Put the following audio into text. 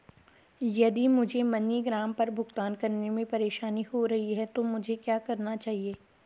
यदि मुझे मनीग्राम पर भुगतान करने में परेशानी हो रही है तो मुझे क्या करना चाहिए?